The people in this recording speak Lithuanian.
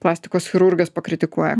plastikos chirurgas pakritikuoja